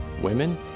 Women